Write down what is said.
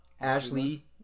Ashley